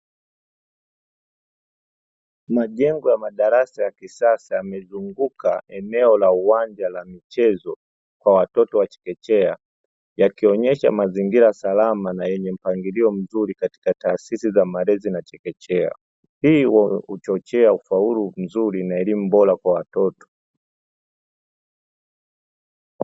Majengo ya madarasa ya kisasa yamezunguka eneo la uwanja la michezo kwa watoto wa chekechea, yakionyesha mazingira salama na yenye mpangilio mzuri katika taasisi za malezi na chekechea. Hii huchochea ufaulu mzuri na elimu bora kwa watoto.